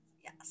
Yes